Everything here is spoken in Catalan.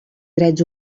drets